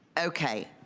okay.